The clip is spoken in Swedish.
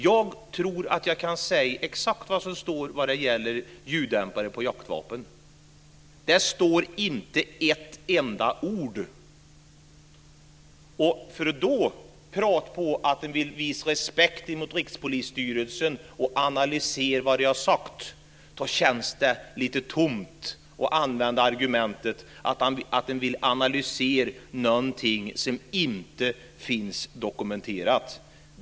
Jag tror att jag kan säga exakt vad som står om ljuddämpare på jaktvapen. Det står inte ett enda ord. När man då talar om att man vill visa respekt mot Rikspolisstyrelsen och analysera vad den har sagt så känns det lite tomt att använda argumentet att man vill analysera någonting som inte finns dokumenterat.